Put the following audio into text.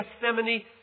Gethsemane